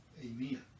amen